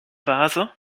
vase